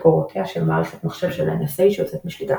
קורותיה של מערכת מחשב של ה-NSA שיוצאת משליטה.